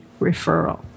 referral